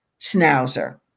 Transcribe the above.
schnauzer